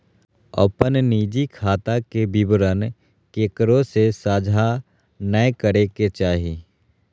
अपन निजी खाता के विवरण केकरो से साझा नय करे के चाही